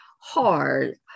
hard